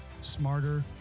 smarter